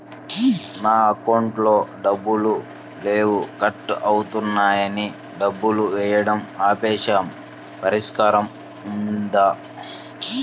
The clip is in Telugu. నా అకౌంట్లో డబ్బులు లేవు కట్ అవుతున్నాయని డబ్బులు వేయటం ఆపేసాము పరిష్కారం ఉందా?